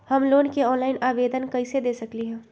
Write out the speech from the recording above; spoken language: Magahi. हम लोन के ऑनलाइन आवेदन कईसे दे सकलई ह?